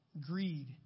greed